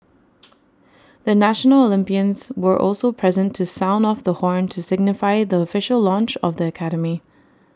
the national Olympians were also present to sound off the horn to signify the official launch of the academy